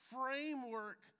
framework